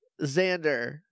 Xander